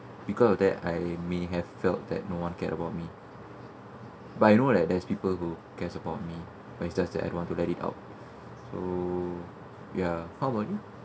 because of that I may have felt that no one care about me but I know that there's people who cares about me but it's just that I don't want to let it out so ya how about you